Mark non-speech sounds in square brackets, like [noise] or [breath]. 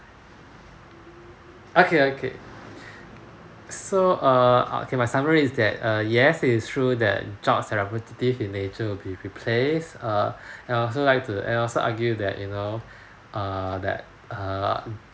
okay okay so err okay my summary is that uh yes it is true that jobs are repetitive in nature will be replaced err [breath] and I also like to and also argue that you know err that err